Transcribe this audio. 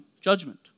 Judgment